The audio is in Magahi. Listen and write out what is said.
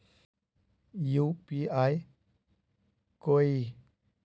यु.पी.आई कोई